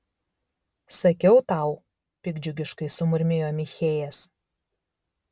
sakiau tau piktdžiugiškai sumurmėjo michėjas